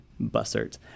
Bussert